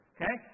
Okay